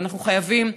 ואנחנו חייבים,